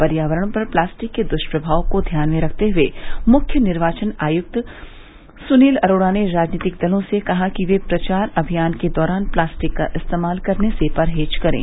पर्यावरण पर प्लास्टिक के द्यप्रभाव को ध्यान में रखते हुए मुख्य निर्वाचन आयुक्त सुनील अरोड़ा ने राजनीतिक दलों से कहा कि वे प्रचार अभियान के दौरान प्लास्टिक का इस्तेमाल करने से परहेज करें